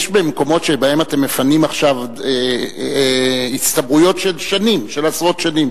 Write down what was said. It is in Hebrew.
יש מקומות שבהם אתם מפנים עכשיו הצטברויות של עשרות שנים.